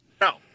No